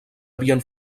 havien